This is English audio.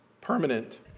permanent